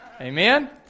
Amen